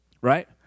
Right